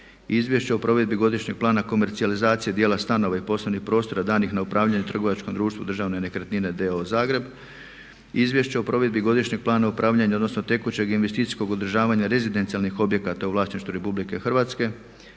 Izvješće o provedbi Godišnjeg plana komercijalizacije dijela stanova i poslovnih prostora danih na upravljanje trgovačkom društvu „Državne nekretnine d.o.o. Zagreb“, Izvješće o provedbi Godišnjeg plana upravljanja odnosno tekućeg investicijskog održavanja rezidencijalnih objekata u vlasništvu Republike Hrvatske,